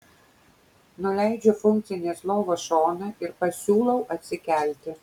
nuleidžiu funkcinės lovos šoną ir pasiūlau atsikelti